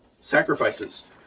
sacrifices